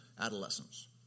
adolescents